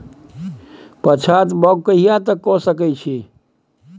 पछात बौग कहिया तक के सकै छी?